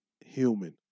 Human